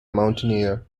mountaineer